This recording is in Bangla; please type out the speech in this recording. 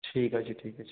ঠিক আছে ঠিক আছে